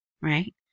right